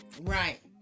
Right